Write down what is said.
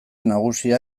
nagusia